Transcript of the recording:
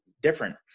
different